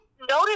notice